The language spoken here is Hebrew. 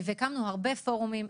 הקמנו הרבה פורומים.